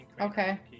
Okay